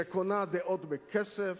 שקונה דעות בכסף,